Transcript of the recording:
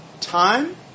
time